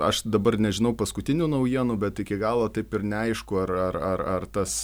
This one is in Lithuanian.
aš dabar nežinau paskutinių naujienų bet iki galo taip ir neaišku ar ar ar ar tas